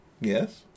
Yes